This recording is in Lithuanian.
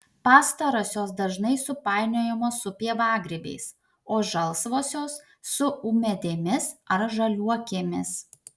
pastarosios dažnai supainiojamos su pievagrybiais o žalsvosios su ūmėdėmis ar žaliuokėmis